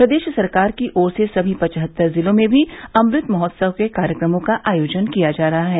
प्रदेश सरकार की ओर से समी पचहत्तर जिलों में भी अमृत महोत्सव के कार्यक्रमों का आयोजन किया जा रहा है